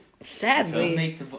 Sadly